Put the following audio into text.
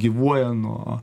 gyvuoja nuo